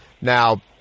Now